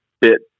bit